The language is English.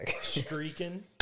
streaking